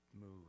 move